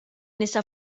nisa